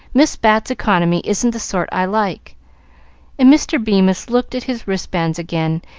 miss bat's economy isn't the sort i like and mr. bemis looked at his wristbands again,